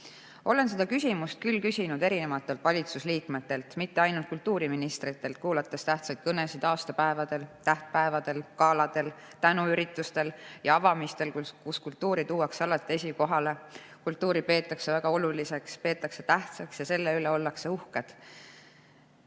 Olen seda küsimust küll küsinud erinevatelt valitsusliikmetelt, mitte ainult kultuuriministritelt, kuulates tähtsaid kõnesid aastapäevadel, tähtpäevadel, galadel, tänuüritustel ja avamistel, kus kultuuri tuuakse alati esikohale, kultuuri peetakse väga oluliseks, peetakse tähtsaks ja selle üle ollakse uhked,